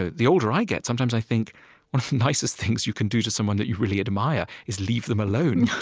ah the older i get, sometimes i think one of the nicest things you can do to someone you really admire is leave them alone.